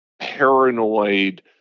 paranoid